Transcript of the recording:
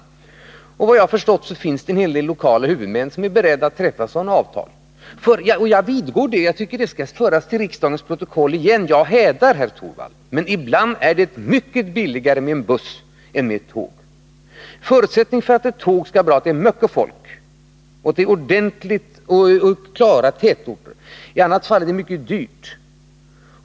Såvitt jag har förstått finns det en hel del lokala huvudmän som är beredda att träffa sådana avtal. Jag hävdar, herr Torwald — och det tycker jag skall komma in i riksdagens protokoll — att det ibland är mycket billigare med buss än med tåg. Förutsättningen för att tåg skall vara bra är att det är mycket folk och verkliga tätorter. I annat fall är det mycket dyrt.